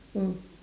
mm